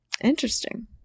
interesting